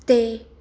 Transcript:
ਅਤੇ